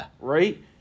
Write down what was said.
right